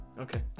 Okay